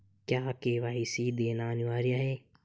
क्या के.वाई.सी देना अनिवार्य है?